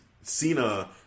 Cena